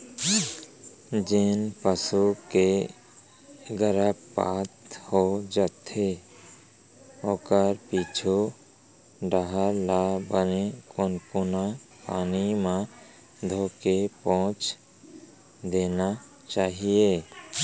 जेन पसू के गरभपात हो जाथे ओखर पीछू डहर ल बने कुनकुन पानी म धोके पोंछ देना चाही